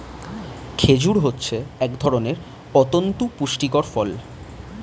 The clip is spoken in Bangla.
খেজুর হচ্ছে এক ধরনের অতন্ত পুষ্টিকর ফল